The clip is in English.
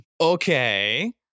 Okay